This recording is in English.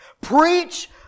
Preach